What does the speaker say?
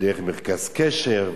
דרך מרכז קשר,